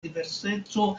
diverseco